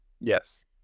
yes